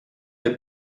est